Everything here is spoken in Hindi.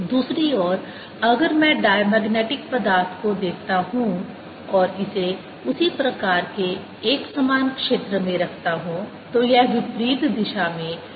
दूसरी ओर अगर मैं डायमैगनेटिक पदार्थ को देखता हूं और इसे उसी प्रकार के एकसमान क्षेत्र में रखता हूं तो यह विपरीत दिशा में एक चुंबकत्व विकसित करेगा